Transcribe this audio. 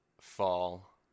fall